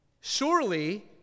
Surely